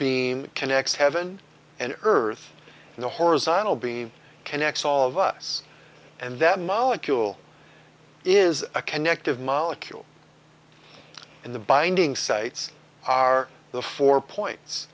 beam connects heaven and earth in the horizontal b connects all of us and that molecule is a connective molecule in the binding sites are the four points